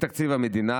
מתקציב המדינה